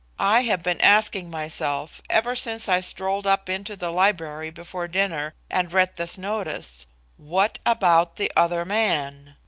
i have been asking myself ever since i strolled up into the library before dinner and read this notice what about the other man